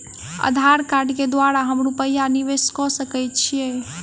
आधार कार्ड केँ द्वारा हम रूपया निवेश कऽ सकैत छीयै?